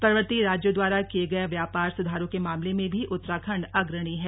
पर्वतीय राज्यों द्वारा किए गए व्यापार सुधारों के मामले में भी उत्तराखण्ड अग्रणी है